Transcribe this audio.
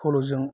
फल'जों